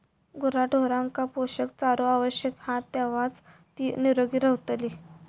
गुराढोरांका पोषक चारो आवश्यक हा तेव्हाच ती निरोगी रवतली